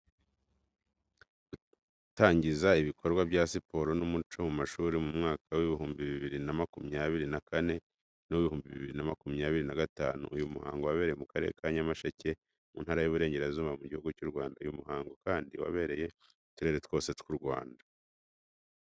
Gutangiza ibikorwa bya siporo n'umuco mu mashuri mu mwaka w'ibihumbi biriri na makumyabiri na kane n'uwibihumbi biriri na makumyabiri na gatanu. Uyu muhango wabereye mu Karere ka Nyamasheke mu ntara y'Iburengerazuba mu gihugu cyu Rwanda. Uyu muhango kandi wabereye mu turere twose tw'u Rwanda.